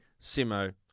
Simo